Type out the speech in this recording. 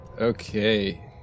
Okay